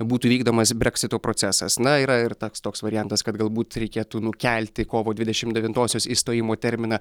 būtų vykdomas breksito procesas na yra ir taks toks variantas kad galbūt reikėtų nukelti kovo dvidešim devintosios išstojimo terminą